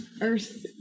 earth